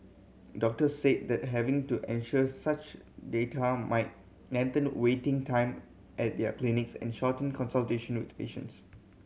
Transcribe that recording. doctors said that having to such data might lengthen waiting time at their clinics and shorten consultation with patients